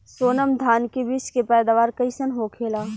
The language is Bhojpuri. सोनम धान के बिज के पैदावार कइसन होखेला?